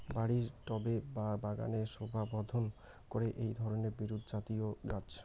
বাড়ির টবে বা বাগানের শোভাবর্ধন করে এই ধরণের বিরুৎজাতীয় গাছ